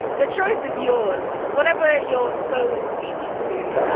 the choice is yours whatever your soul is speaking to,